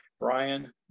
Brian